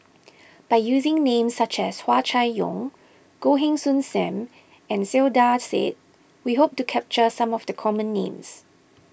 by using names such as Hua Chai Yong Goh Heng Soon Sam and Saiedah Said we hope to capture some of the common names